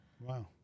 Wow